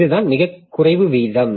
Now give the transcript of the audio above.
இதுதான் மிகக் குறைவு வீதம்